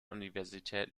universität